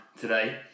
today